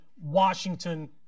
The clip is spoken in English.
Washington